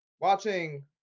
watching